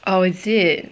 oh is it